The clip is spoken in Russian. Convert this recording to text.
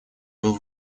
был